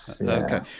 Okay